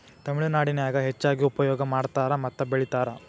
ತಮಿಳನಾಡಿನ್ಯಾಗ ಹೆಚ್ಚಾಗಿ ಉಪಯೋಗ ಮಾಡತಾರ ಮತ್ತ ಬೆಳಿತಾರ